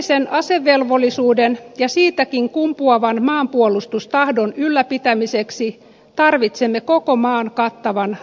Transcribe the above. yleisen asevelvollisuuden ja siitäkin kumpuavan maanpuolustustahdon ylläpitämiseksi tarvitsemme koko maan kattavan varuskuntaverkon